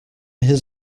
his